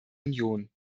union